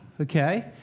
okay